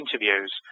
interviews